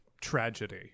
tragedy